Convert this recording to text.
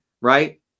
right